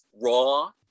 raw